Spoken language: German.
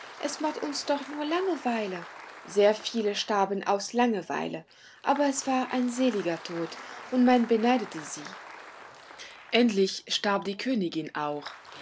es macht uns doch nur langeweile sehr viele starben aus langeweile aber es war ein seliger tod und man beneidete sie endlich starb die königin auch